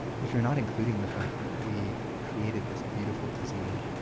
if you're not including the fact that we created this beautiful cuisine